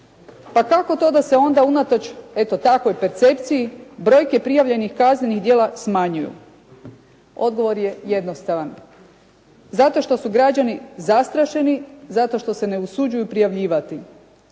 Pa kako to da se onda unatoč eto takvoj percepciji brojke prijavljenih kaznenih djela smanjuju? Odgovor je jednostavan. Zato što su građani zastrašeni, zato što se ne usuđuju prijavljivati.